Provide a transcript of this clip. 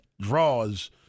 Draws